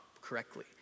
correctly